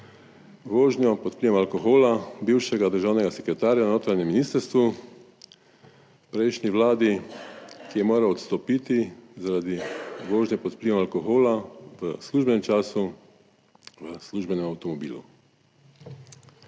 vožnjo pod vplivom alkohola bivšega državnega sekretarja na notranjem ministrstvu, v prejšnji vladi, ki je moral odstopiti zaradi vožnje pod vplivom alkohola v službenem času v službenem avtomobilu.